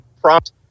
prompt